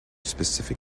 specific